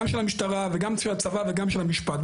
גם של המשטרה וגם של הצבא וגם של המשפט.